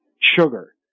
sugar